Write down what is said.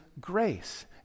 grace